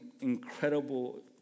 incredible